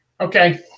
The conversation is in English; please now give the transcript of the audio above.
Okay